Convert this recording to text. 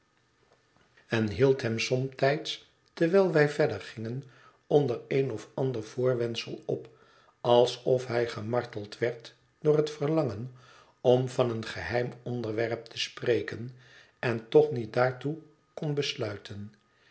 en hield hem somtijds terwijl wij verder gingen onder een f ander voorwendsel op alsof hij gemarteld werd door het verlangen om van een geheim onderwerp te spreken en toch niet daartoe kon besluiten